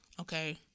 Okay